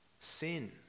sin